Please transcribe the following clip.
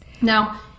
Now